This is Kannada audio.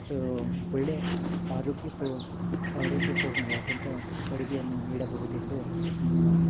ಸೊ ಒಳ್ಳೆಯ ಆರೋಗ್ಯ ಪೂ ಆರೋಗ್ಯ ಪೂರ್ಣವಾದಂಥ ಅಡುಗೆಯನ್ನು ನೀಡಬಹುದೆಂದು ನ